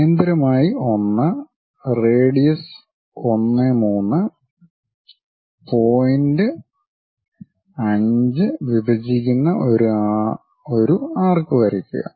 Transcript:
കേന്ദ്രമായി 1 radius 1 3 point 5 വിഭജിക്കുന്ന ഒരു ആർക്ക് വരയ്ക്കുക